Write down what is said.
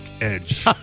Edge